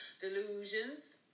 Delusions